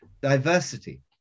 diversity